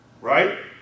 Right